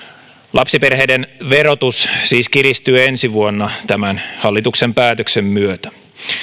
lapsiperheiden verotus siis kiristyy ensi vuonna tämän hallituksen päätöksen myötä